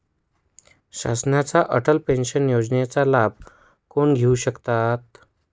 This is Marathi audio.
शासनाच्या अटल पेन्शन योजनेचा लाभ कोण घेऊ शकतात?